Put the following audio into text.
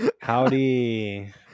Howdy